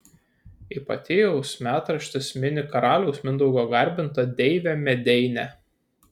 ipatijaus metraštis mini karaliaus mindaugo garbintą deivę medeinę